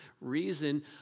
reason